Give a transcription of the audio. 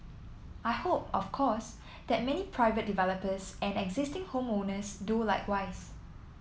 I hope of course that many private developers and existing home owners do likewise